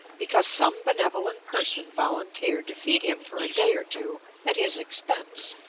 because some benevolent person volunteered to feed him for a day or two at his expense.